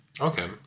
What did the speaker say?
Okay